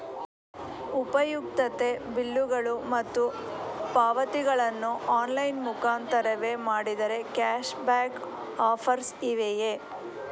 ಉಪಯುಕ್ತತೆ ಬಿಲ್ಲುಗಳು ಮತ್ತು ಪಾವತಿಗಳನ್ನು ಆನ್ಲೈನ್ ಮುಖಾಂತರವೇ ಮಾಡಿದರೆ ಕ್ಯಾಶ್ ಬ್ಯಾಕ್ ಆಫರ್ಸ್ ಇವೆಯೇ?